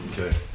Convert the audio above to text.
Okay